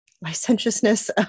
licentiousness